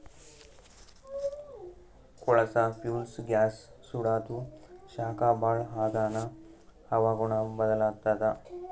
ಕೊಳಸಾ fuels gas ಸುಡಾದು ಶಾಖ ಭಾಳ್ ಆಗಾನ ಹವಾಗುಣ ಬದಲಾತ್ತದ